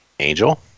Angel